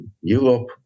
Europe